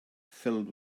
filled